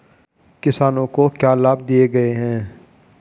किसानों को क्या लाभ दिए गए हैं?